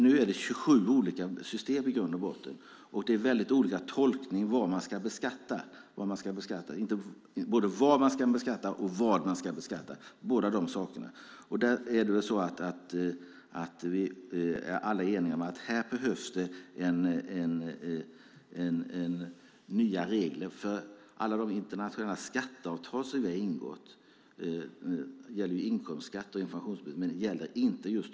Nu är det i grund och botten 27 olika system, och det görs olika tolkningar av både vad som ska beskattas och var det ska ske. Vi är alla eniga om att det här behövs nya regler för alla de internationella skatteavtal som vi har ingått. De gäller inkomstskatt och information men inte momsen.